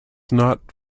not